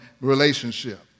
relationship